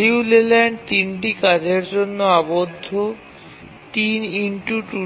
Liu লেল্যান্ড ৩ টি কাজের জন্য আবদ্ধ সূত্র